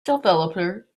developer